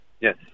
Yes